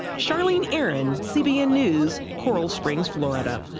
charlene aaron, cbn news, corral springs, florida.